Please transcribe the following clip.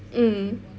mmhmm